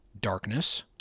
darkness